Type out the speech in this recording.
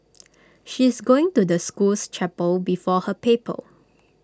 she's going to the school's chapel before her paper